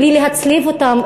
בלי להצליב אותן,